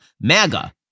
MAGA